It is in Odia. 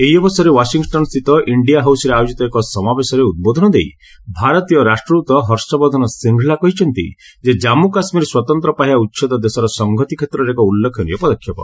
ଏହି ଅବସରରେ ୱାଂଶିଟନ ସ୍ଥିତ ଇଣ୍ଡିଆ ହାଉସରେ ଆୟୋଜିତ ଏକ ସମାବେଶରେ ଉଦ୍ବୋଧନ ଦେଇ ଭାରତୀୟ ରାଷ୍ଟ୍ରଦୃତ ହର୍ଷବର୍ଦ୍ଧନ ଶ୍ରୀଘଲା କହିଛନ୍ତି ଯେ ଜାମ୍ଗୁ କାଶ୍ମୀର ସ୍ୱତନ୍ତ୍ର ପାହ୍ୟା ଉଚ୍ଛେଦ ଦେଶର ସଂହତି କ୍ଷେତ୍ରରେ ଏକ ଉଲ୍ଲେଖନୀୟ ପଦକ୍ଷେପ